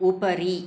उपरि